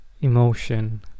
emotion